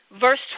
verse